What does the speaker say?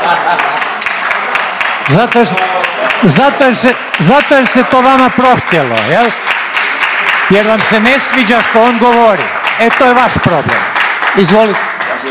Zato jer se to vama prohtjelo jer vam se ne sviđa što on govori, e to je vaš problem. Izvolite.